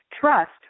Trust